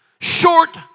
Short